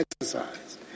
exercise